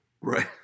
Right